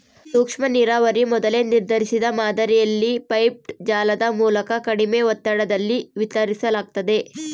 ಸೂಕ್ಷ್ಮನೀರಾವರಿ ಮೊದಲೇ ನಿರ್ಧರಿಸಿದ ಮಾದರಿಯಲ್ಲಿ ಪೈಪ್ಡ್ ಜಾಲದ ಮೂಲಕ ಕಡಿಮೆ ಒತ್ತಡದಲ್ಲಿ ವಿತರಿಸಲಾಗ್ತತೆ